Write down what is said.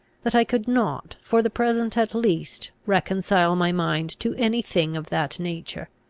that i could not, for the present at least, reconcile my mind to any thing of that nature.